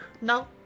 no